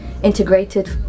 integrated